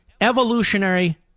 Evolutionary